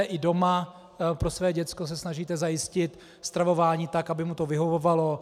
I doma se pro své děcko snažíte zajistit stravování tak, aby mu to vyhovovalo.